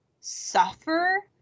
suffer